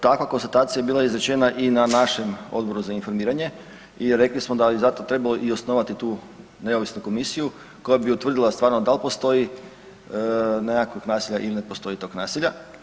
Takva konstatacija je bila izrečena i na našem Odboru za informiranje i rekli smo da bi zato i trebali i osnovati tu neovisnu komisiju koja bi utvrdila stvarno dal postoji nekakvog nasilja ili ne postoji tog nasilja.